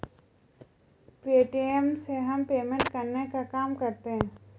Paytm से हम payment करने का काम करते है